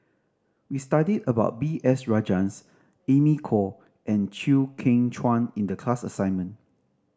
we studied about B S Rajhans Amy Khor and Chew Kheng Chuan in the class assignment